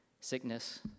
sickness